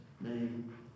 name